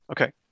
Okay